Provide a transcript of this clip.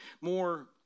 more